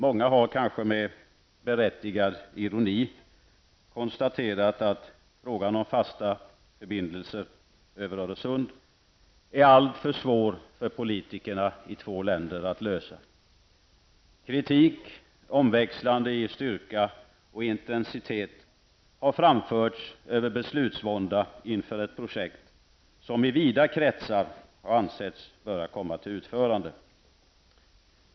Många har -- kanske med berättigad ironi -- konstaterat att frågan om fasta förbindelser över Öresund är alltför svår för politikerna i två länder att lösa. Kritik, omväxlande i styrka och intensitet, har framförts över beslutsvånda inför ett projekt som i vida kretsar har ansetts böra komma till utförande.